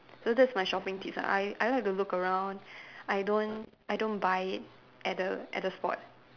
so that's my shopping tips ah I I like look around I don't I don't buy at the at the spot